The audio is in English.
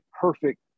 perfect